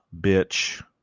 Bitch